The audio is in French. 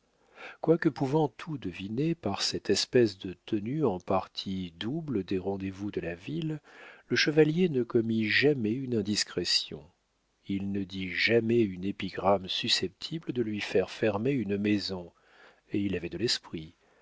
quoique pouvant tout deviner par cette espèce de tenue en partie double des rendez-vous de la ville le chevalier ne commit jamais une indiscrétion il ne dit jamais une épigramme susceptible de lui faire fermer une maison et il avait de l'esprit